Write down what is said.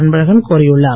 அன்பழகன் கோரியுள்ளார்